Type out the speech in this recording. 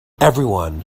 everyone